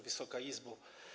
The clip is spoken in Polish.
Wysoka Izbo!